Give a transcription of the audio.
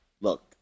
look